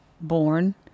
born